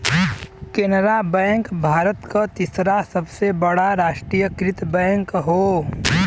Canara bank Bharat क तीसरा सबसे बड़ा राष्ट्रीयकृत बैंक हौ